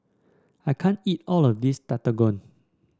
I can't eat all of this Tekkadon